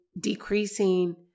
decreasing